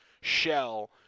shell